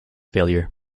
failure